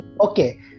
okay